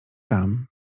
tam